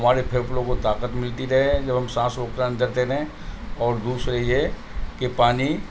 ہمارے پھیپھڑوں کو طاقت ملتی رہے جب ہم سانس روک کر اندر تیریں اور دوسرے یہ کہ پانی